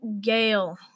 Gale